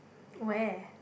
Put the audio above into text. where